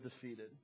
defeated